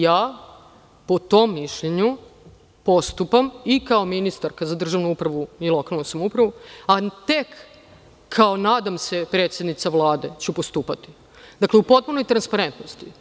Ja po tom mišljenju postupam i kao ministarka za državnu upravu i lokalnu samoupravu, a tek kao, nadam se, predsednica Vlade ću postupati u potpunoj transparentnosti.